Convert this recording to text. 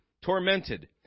tormented